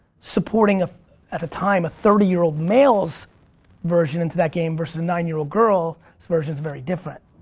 supporting, at the time, a thirty year old male's version into that game versus a nine-year-old girl's so version is very different.